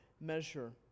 measure